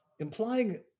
Implying